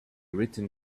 written